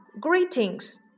greetings